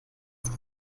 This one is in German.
sie